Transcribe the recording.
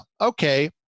okay